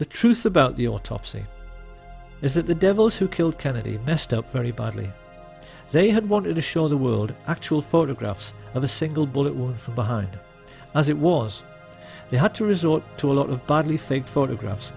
the truth about the autopsy is that the devils who killed kennedy messed up very badly they had wanted to show the world actual photographs of a single bullet wound from behind as it was they had to resort to a lot of badly faked photographs